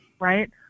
right